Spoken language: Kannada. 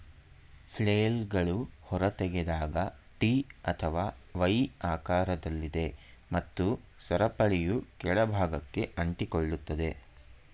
ಫ್ಲೇಲ್ಗಳು ಹೊರತೆಗೆದಾಗ ಟಿ ಅಥವಾ ವೈ ಆಕಾರದಲ್ಲಿದೆ ಮತ್ತು ಸರಪಳಿಯು ಕೆಳ ಭಾಗಕ್ಕೆ ಅಂಟಿಕೊಳ್ಳುತ್ತದೆ